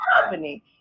company